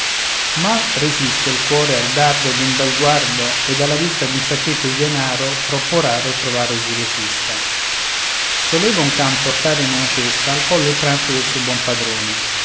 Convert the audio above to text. mal resiste il cuore al dardo d'un bel guardo ed alla vista d'un sacchetto di denaro troppo raro è trovare chi resista soleva un can portare in una cesta al collo il pranzo del suo buon padrone